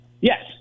Yes